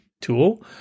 tool